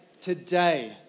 today